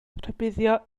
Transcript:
rhybuddio